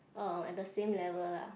oh at the same level lah